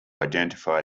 identify